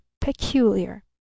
peculiar